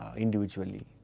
individually.